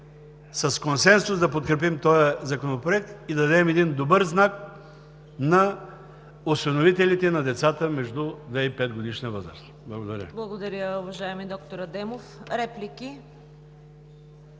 с консенсус да подкрепим този законопроект и да дадем един добър знак на осиновителите на децата между 2 и 5 годишна възраст. Благодаря. ПРЕДСЕДАТЕЛ ЦВЕТА КАРАЯНЧЕВА: Благодаря, уважаеми доктор Адемов. Реплики?